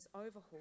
overhaul